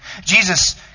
Jesus